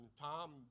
Tom